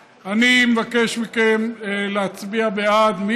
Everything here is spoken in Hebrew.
אני מבקש מכם להצביע בעד.